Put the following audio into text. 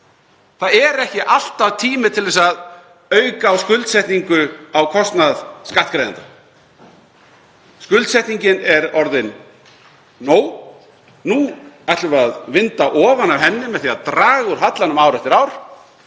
Það er ekki alltaf tími til að auka skuldsetningu á kostnað skattgreiðenda. Skuldsetningin er orðin nóg. Nú ætlum við að vinda ofan af henni með því að draga úr hallanum ár eftir ár